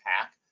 pack